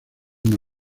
una